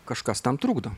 kažkas tam trukdo